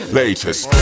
latest